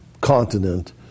continent